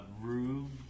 Rue